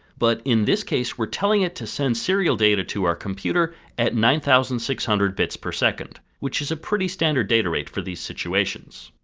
but in this case we are telling it to send serial data to our computer at nine thousand six hundred bits per second, which is a pretty standard data rate for these situations.